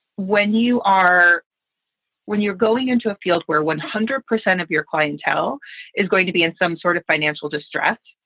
when you are when you're going into a field where one hundred percent of your clientele is going to be in some sort of financial distress,